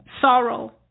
sorrow